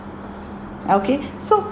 okay so